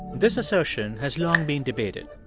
this assertion has long been debated.